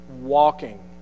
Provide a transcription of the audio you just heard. walking